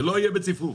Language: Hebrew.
זה לא יהיה בציפוף,